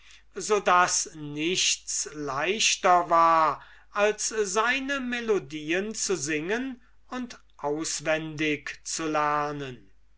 und daher nichts leichter war als seine melodien zu singen und auswendig zu lernen